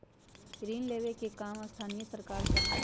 ऋण लेवे के काम स्थानीय सरकार करअलई